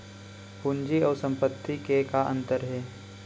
पूंजी अऊ संपत्ति ले का अंतर हे?